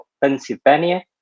Pennsylvania